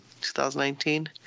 2019